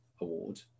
award